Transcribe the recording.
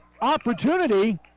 opportunity